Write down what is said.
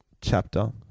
chapter